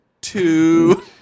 Two